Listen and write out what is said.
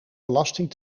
belasting